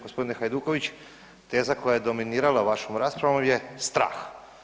Gospodin Hajduković, teza koja je dominirala vašom raspravom je strah.